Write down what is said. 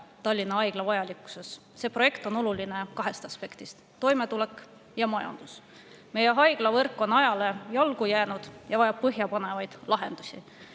Tallinna Haigla vajalikkuses. See projekt on oluline kahest aspektist: toimetulek ja majandus. Meie haiglavõrk on ajale jalgu jäänud ja vajab põhjapanevaid lahendusi.